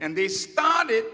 and they started